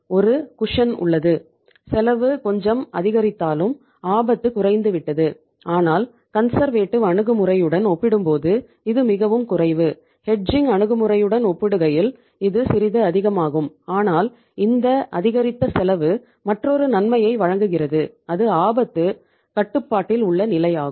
ஒரு குஷன் அணுகுமுறையுடன் ஒப்பிடுகையில் இது சிறிது அதிகமாகும் ஆனால் இந்த அதிகரித்த செலவு மற்றொரு நன்மையை வழங்குகிறது அது ஆபத்து கட்டுப்பாட்டில் உள்ள நிலை ஆகும்